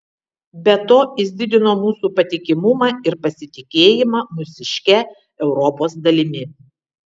be to jis didino mūsų patikimumą ir pasitikėjimą mūsiške europos dalimi